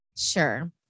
Sure